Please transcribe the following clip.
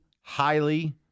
highly